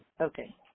Okay